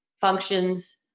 functions